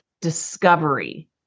discovery